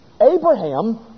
Abraham